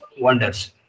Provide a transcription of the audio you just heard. wonders